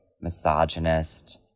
misogynist